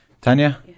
Tanya